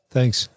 Thanks